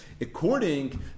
According